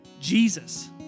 Jesus